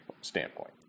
standpoint